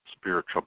spiritual